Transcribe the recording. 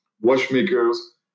watchmakers